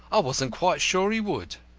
i wasn't quite sure he would.